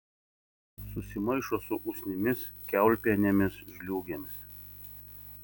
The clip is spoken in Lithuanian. susimaišo su usnimis kiaulpienėmis žliūgėmis